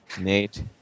Nate